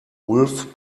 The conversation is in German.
ulf